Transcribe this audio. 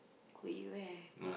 go eat where